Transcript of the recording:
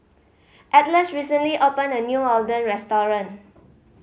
Atlas recently opened a new Oden restaurant